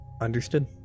understood